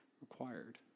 required